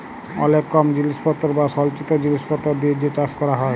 অলেক কম জিলিসপত্তর বা সলচিত জিলিসপত্তর দিয়ে যে চাষ ক্যরা হ্যয়